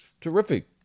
terrific